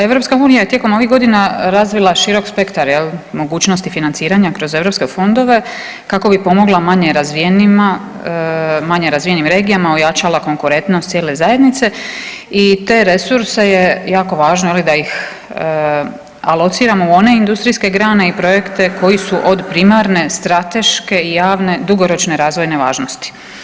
EU je tijekom ovih godina razvila širok spektar mogućnosti financiranja kroz europske fondove kako bi pomogla manje razvijenima, manje razvijenim regijama ojačala konkurentnost cijele zajednice i te resurse je jako važno da ih alociramo u one industrijske grane i projekte koji su od primarne strateške i javne dugoročne razvojne važnosti.